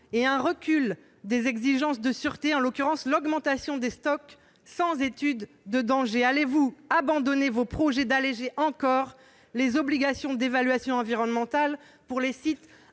et d'un recul sur les exigences de sûreté, en l'occurrence l'augmentation des stocks sans étude de danger. Allez-vous abandonner vos projets d'alléger encore les obligations d'évaluation environnementale pour les sites